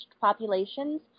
populations